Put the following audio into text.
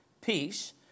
peace